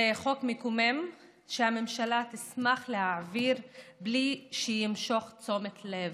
זה חוק מקומם שהממשלה תשמח להעביר בלי שימשוך תשומת לב,